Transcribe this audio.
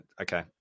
okay